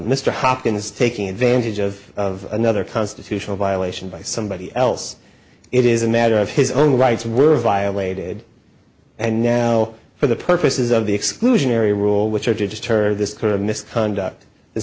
mr hopkins taking advantage of of another constitutional violation by somebody else it is a matter of his own rights were violated and now for the purposes of the exclusionary rule which i just heard this sort of misconduct the